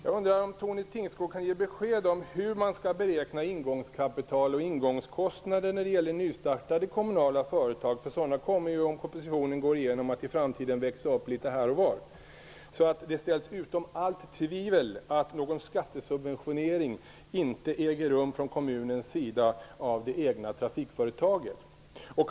Jag undrar om Tone Tingsgård kan ge besked om hur man skall beräkna ingångskapital och ingångskostnader i nystartade kommunala trafikföretag - sådana kommer ju i framtiden att växa upp litet här och var, om propositionen går igenom - så att det ställs utom allt tvivel att någon skattesubventionering av det egna trafikföretaget inte äger rum från kommunens sida.